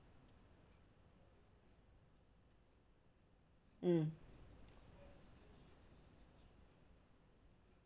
mm